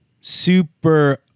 super